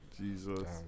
Jesus